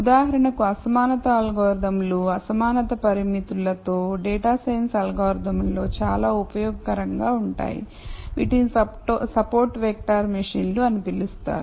ఉదాహరణకు అసమానత అల్గోరిథంలు అసమానత పరిమితులతో డేటా సైన్స్ అల్గోరిథంలో చాలా ఉపయోగకరంగా ఉంటాయి వీటిని సపోర్ట్ వెక్టర్ మెషీన్లు అని పిలుస్తారు